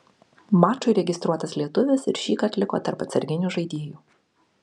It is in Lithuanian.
mačui registruotas lietuvis ir šįkart liko tarp atsarginių žaidėjų